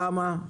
כמה?